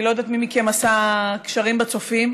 אני לא יודעת מי מכם עשה קשרים בצופים.